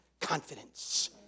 confidence